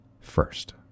first